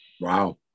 Wow